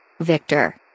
Victor